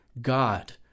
God